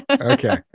Okay